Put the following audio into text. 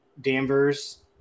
Danvers